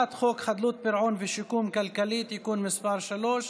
הצעת חוק חדלות פירעון ושיקום כלכלי (תיקון מס' 3)